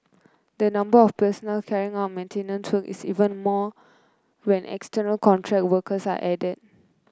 the number of personnel carry out maintenance work is even more when external contract workers are added